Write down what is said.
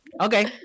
Okay